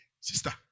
Sister